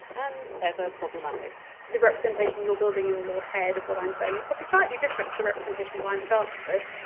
and ever problematic so the representation you're building in your head of what i'm saying is probably slightly different to the representation that i'm starting with.